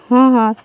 ହଁ ହଁ